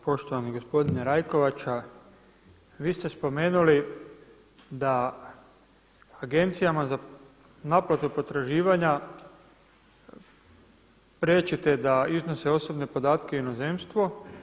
Poštovani gospodine Rajkovača, vi ste spomenuli da Agencijama za naplatu potraživanja priječite da iznose osobne podatke u inozemstvu.